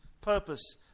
purpose